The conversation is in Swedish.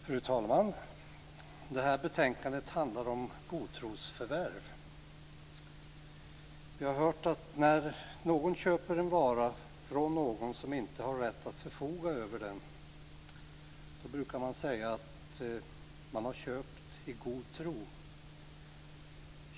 Fru talman! Det här betänkandet handlar om godtrosförvärv. När någon köper en vara från någon som inte hade rätt att förfoga över den brukar man säga att köpet gjordes i god tro.